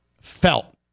felt